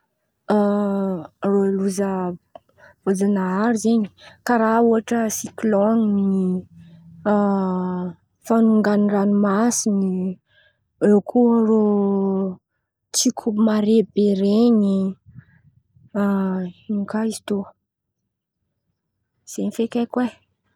Loza voajanahary zen̈y karà ohatra sikilôny fanongany ranomasin̈y eo koa rô tsiko mare be ren̈y ino kà izy teo zen̈y feky haiko ai.